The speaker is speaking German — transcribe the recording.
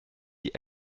die